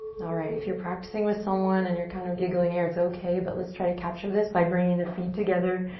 alright, if you're practicing with someone and you're kind of giggling here, it's okay, but let's try to capture this by bringing the feet together,